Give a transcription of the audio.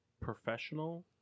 professional